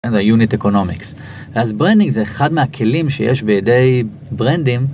unit economics אז branding זה אחד מהכלים שיש בידי ברנדים.